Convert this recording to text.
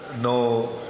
no